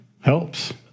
Helps